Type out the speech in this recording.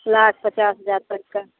लाख पचास हज़ार तक का